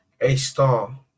A-star